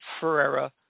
Ferreira